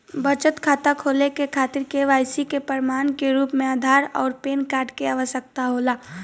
बचत खाता खोले के खातिर केवाइसी के प्रमाण के रूप में आधार आउर पैन कार्ड के आवश्यकता होला